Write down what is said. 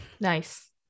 Nice